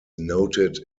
noted